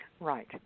Right